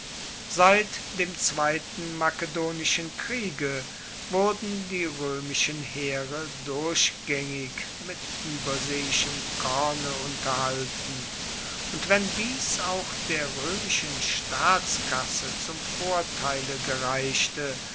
seit dem zweiten makedonischen kriege wurden die roemischen heere durchgaengig mit ueberseeischem korne unterhalten und wenn dies auch der roemischen staatskasse zum vorteil gereichte